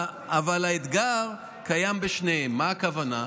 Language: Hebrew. אבל האתגר קיים בשניהם, מה הכוונה?